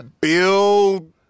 Bill